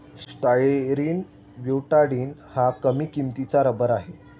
styrene butadiene हा कमी किंमतीचा रबर आहे